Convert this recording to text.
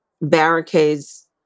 barricades